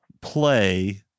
play